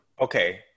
okay